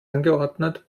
angeordnet